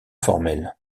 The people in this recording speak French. formel